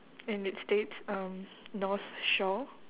and it states um north shore